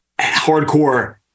hardcore